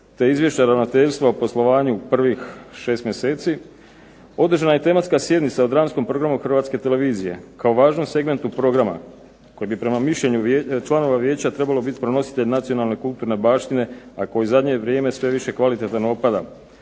te Izvješća ravnateljstva o poslovanju prvih 6 mjeseci održana je tematska sjednica o Dramskom programu Hrvatske televizije kao važnom segmentu programa koji bi prema mišljenju članova vijeća trebalo biti pronositelj nacionalne i kulturne baštine, a koji u zadnje vrijeme sve više kvalitativno opada.